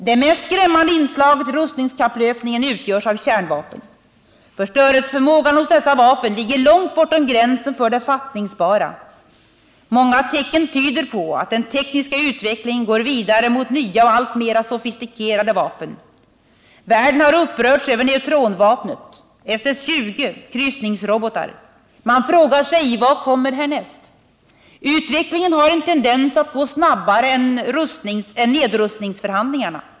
Det mest skrämmande inslaget i rustningskapplöpningen utgörs av kärnvapnen. Dessa vapens förstörelseförmåga ligger långt bortom gränsen för det fattningsbara. Många tecken tyder på att den tekniska utvecklingen går vidare mot nya och alltmer sofistikerade vapen. Världen har upprörts över neutronvapnet, SS 20 och kryssningsrobotarna. Man frågar sig vad som kommer härnäst. Utvecklingen har en tendens att gå snabbare än nedrustningsförhandlingarna.